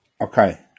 Okay